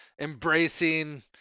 embracing